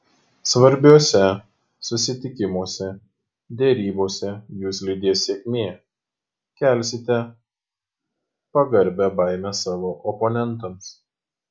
svarbiuose susitikimuose derybose jus lydės sėkmė kelsite pagarbią baimę savo oponentams